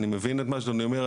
אני מבין את מה שאדוני אומר.